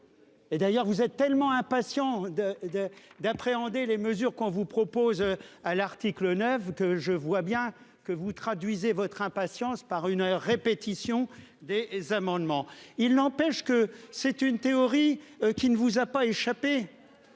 Et d'ailleurs vous êtes tellement impatient de de d'appréhender les mesures qu'on vous propose à l'article 9 que je vois bien que vous traduisez votre impatience par une répétition des amendements. Il n'empêche que c'est une théorie qui ne vous a pas échappé.